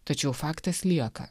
tačiau faktas lieka